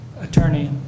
attorney